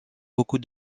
beaucoup